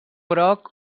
groc